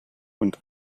und